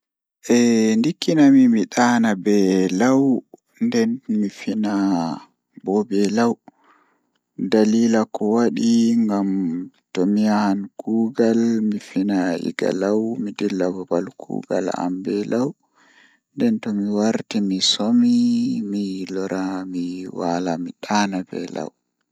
Eh ndikkima, I daana be law nden mi fina bo be law, Dalila bo ko wadi ngam tomi yahan kuugal mifina be law mi dilla kuugal am egaa law nden tomi tomi warti mi somi mi lora mi waal mi daana be law.